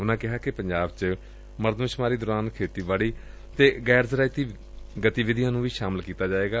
ਉਨਾਂ ਕਿਹਾ ਕਿ ਪੰਜਾਬ ਚ ਮਰਦਮਸੁਮਾਰੀ ਦੌਰਾਨ ਖੇਤੀਬਾੜੀ ਅਤੇ ਗੈਰ ਜ਼ਰਾਇਤੀ ਗਤੀਵਿਧੀਆ ਨੂੰ ਸ਼ਾਮਲ ਕੀਤਾ ਜਾਏਗਾ